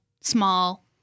small